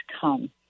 come